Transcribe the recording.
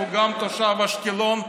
שהוא גם תושב אשקלון,